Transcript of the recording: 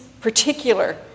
particular